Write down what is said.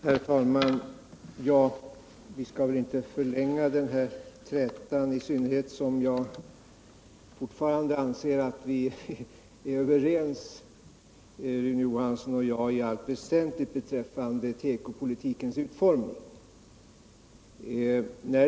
Herr talman! Vi skall väl inte förlänga den här trätan, i synnerhet som jag fortfarande anser att Rune Johansson och jag i allt väsentligt är överens beträffande tekopolitikens utformning.